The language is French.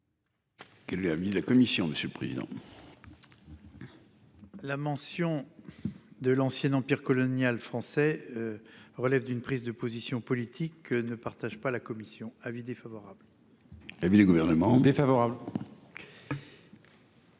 Quel est l'avis de la commission ? La mention de l'ancien empire colonial français relève d'une prise de position politique que ne partage pas la commission. Avis défavorable. Quel est l'avis du Gouvernement ? Défavorable.